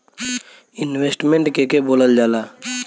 Investment के के बोलल जा ला?